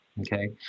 okay